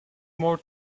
more